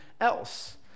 else